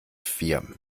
vier